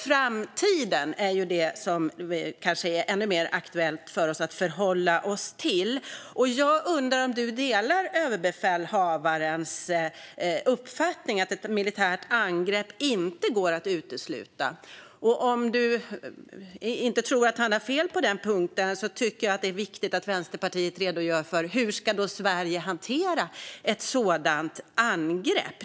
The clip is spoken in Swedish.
Framtiden är kanske ännu mer aktuell för oss att förhålla oss till, och jag undrar om du delar överbefälhavarens uppfattning att ett militärt angrepp inte går att utesluta. Om du inte tror att han har fel på den punkten tycker jag att det är viktigt att Vänsterpartiet redogör för hur Sverige ska hantera ett sådant angrepp.